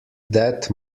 death